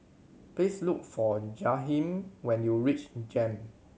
please look for Jaheem when you reach JEM